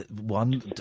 one